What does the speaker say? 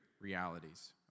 realities